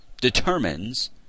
determines